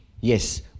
Yes